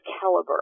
caliber